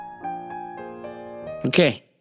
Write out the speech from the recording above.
Okay